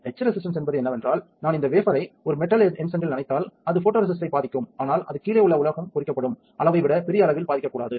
etch resistance என்பது என்னவென்றால் நான் இந்த வேபரை ஒரு மெட்டல் எட்சன்டில் நனைத்தால் அது ஃபோட்டோரெசிஸ்ட்டை பாதிக்கும் ஆனால் அது கீழே உள்ள உலோகம் பொறிக்கப்படும் அளவை விட பெரிய அளவில் பாதிக்கக்கூடாது